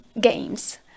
games